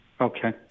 Okay